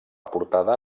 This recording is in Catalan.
portada